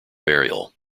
burial